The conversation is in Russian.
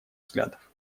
взглядов